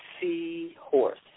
seahorse